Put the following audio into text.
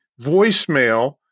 voicemail